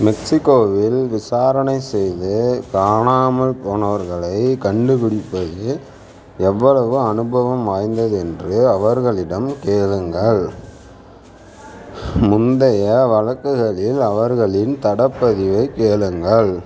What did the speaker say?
மெக்ஸிகோவில் விசாரணை செய்து காணாமல் போனவர்களைக் கண்டுபிடிப்பது எவ்வளவு அனுபவம் வாய்ந்தது என்று அவர்களிடம் கேளுங்கள் முந்தைய வழக்குகளில் அவர்களின் தடப் பதிவைக் கேளுங்கள்